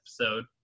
episode